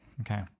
Okay